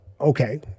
okay